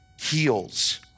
heals